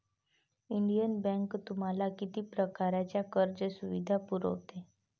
Indian Bank तुम्हाला किती प्रकारच्या कर्ज सुविधा पुरवते?